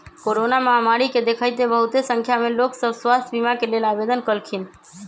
corona महामारी के देखइते बहुते संख्या में लोग सभ स्वास्थ्य बीमा के लेल आवेदन कलखिन्ह